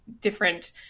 different